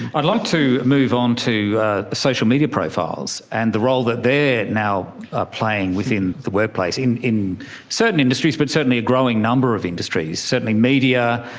i'd like to move on to social media profiles and the role that they are now ah playing within the workplace, in in certain industries but certainly a growing number of industries, certainly media,